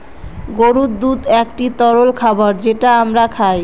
গরুর দুধ একটি তরল খাবার যেটা আমরা খায়